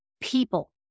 people